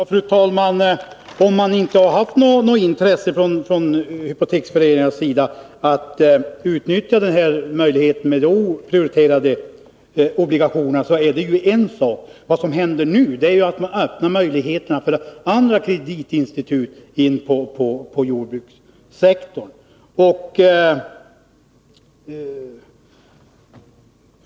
Fru talman! Om hypoteksföreningarna inte har haft något intresse av att utnyttja möjligheten att utge oprioriterade obligationer är det en sak. En annan sak är att, som nu föreslås, öppna möjligheterna för andra kreditinstitut att gå in på jordbrukssektorn.